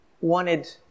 wanted